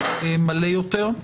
המלא יותר.